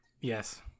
yes